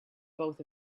both